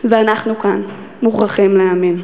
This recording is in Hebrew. ואנחנו כאן מוכרחים להאמין,